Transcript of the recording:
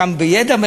גם בידע,